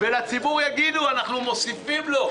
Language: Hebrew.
ולציבור יגידו: אנחנו מוסיפים לו.